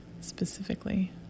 Specifically